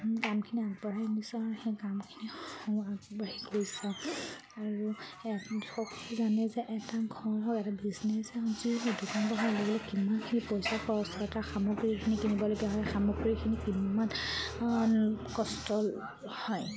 কামখিনি আগবঢ়াই নিছোঁ আৰু সেই কামখিনি আৰু আগবাঢ়ি গৈছে আৰু এইয়াই সকলোৱে জানে যে এটা ঘৰ হওক এটা বিজনেছেই হওক যি হওক আগবঢ়াই ল'লে কিমানখিনি পইচা খৰচ হয় তাৰ সামগ্ৰীখিনি কিনিবলগীয়া হয় সামগ্ৰীখিনি কিমান কষ্ট হয়